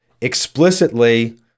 explicitly